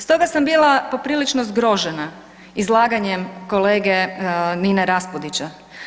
Stoga sam bila poprilično zgrožena izlaganjem kolege Nine Raspudića.